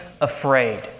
afraid